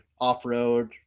off-road